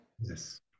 Yes